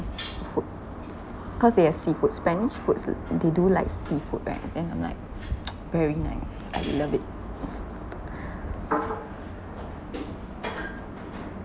food cause they have seafood spanish foods they do like seafood way then I'm like very nice I love it